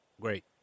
Great